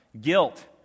guilt